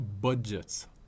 budgets